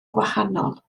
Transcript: gwahanol